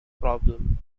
problem